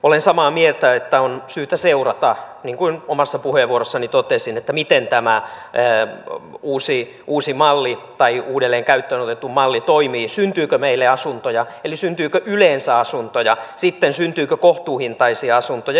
olen samaa mieltä että on syytä seurata niin kuin omassa puheenvuorossani totesin miten tämä uusi malli tai uudelleen käyttöön otettu malli toimii syntyykö meille asuntoja eli syntyykö yleensä asuntoja sitten syntyykö kohtuuhintaisia asuntoja